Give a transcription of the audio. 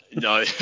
No